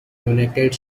united